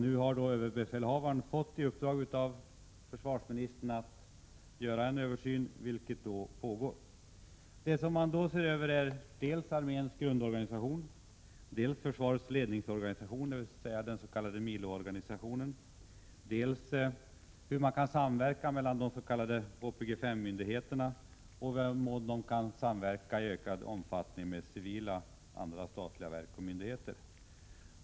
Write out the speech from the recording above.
Nu har överbefälhavaren fått i uppdrag av försvarsministern att göra en översyn, och det arbetet pågår. Man ser över dels arméns grundorganisation, dels försvarets ledningsorganisation — den s.k. miloorganisationen —, dels hur de s.k. huvudprogram-fem-myndigheterna kan samverka. Det gäller också i vad mån de kan samverka i ökad omfattning med civila och andra statliga verk och myndigheter.